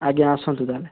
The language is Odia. ଆଜ୍ଞା ଆସନ୍ତୁ ତା'ହେଲେ